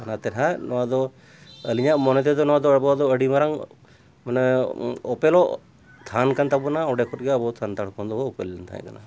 ᱚᱱᱟᱛᱮ ᱱᱟᱦᱟᱸᱜ ᱱᱚᱣᱟ ᱫᱚ ᱟᱹᱞᱤᱧᱟᱜ ᱢᱚᱱᱮ ᱛᱮᱫᱚ ᱱᱚᱣᱟ ᱫᱚ ᱟᱵᱚ ᱫᱚ ᱟᱹᱰᱤ ᱢᱟᱨᱟᱝ ᱢᱟᱱᱮ ᱚᱯᱮᱞᱚᱜ ᱛᱷᱟᱱ ᱠᱟᱱ ᱛᱟᱵᱚᱱᱟ ᱚᱸᱰᱮ ᱠᱷᱚᱱᱜᱮ ᱟᱵᱚ ᱥᱟ ᱛᱟᱲ ᱦᱚᱯᱚᱱ ᱫᱚᱵᱚᱱ ᱚᱯᱮᱞ ᱞᱮᱱ ᱛᱟᱦᱮᱸ ᱠᱟᱱᱟ